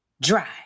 dry